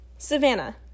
Savannah